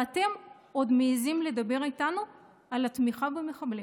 אתם עוד מעיזים לדבר איתנו על התמיכה במחבלים?